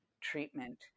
treatment